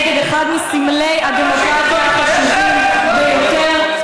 נגד אחד מסמלי הדמוקרטיה החשובים ביותר,